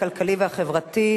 הכלכלי והחברתי,